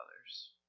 others